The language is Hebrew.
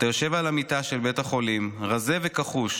אתה יושב על המיטה של בית החולים רזה וכחוש,